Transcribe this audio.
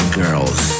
girls